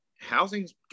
housing's